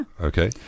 Okay